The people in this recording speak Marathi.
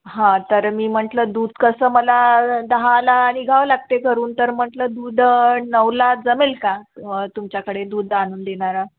हां तर मी म्हटलं दूध कसं मला दहाला निघावं लागते घरून तर म्हटलं दूध नऊला जमेल का तुमच्याकडे दूध आणून देणारा